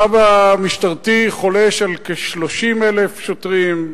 הרב המשטרתי חולש על כ-30,000 שוטרים.